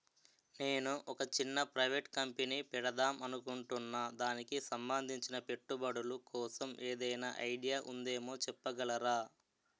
నేను ఒక చిన్న ప్రైవేట్ కంపెనీ పెడదాం అనుకుంటున్నా దానికి సంబందించిన పెట్టుబడులు కోసం ఏదైనా ఐడియా ఉందేమో చెప్పగలరా?